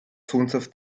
sündhaft